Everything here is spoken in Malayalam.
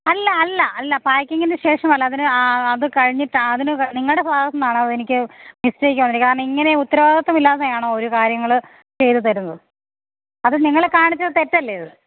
അല്ല അല്ല അല്ല പാക്കിങ്ങിനു ശേഷമല്ല അതിന് അതു കഴിഞ്ഞിട്ടാണ് അതിന് നിങ്ങളുടെ ഭാഗത്തു നിന്നാണതെനിക്ക് മിസ്റ്റേക്ക് വന്നിരിക്കുന്നത് കാരണമിങ്ങനെ ഉത്തരവാദിത്വമില്ലാതെയാണോ ഒരു കാര്യങ്ങൾ ചെയ്തു തരുന്നത് അതു നിങ്ങൾ കാണിച്ചതു തെറ്റല്ലേ അത്